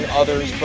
others